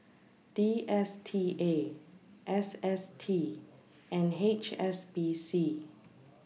D S T A S S T and H S B C